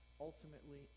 ultimately